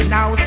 Now